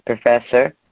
Professor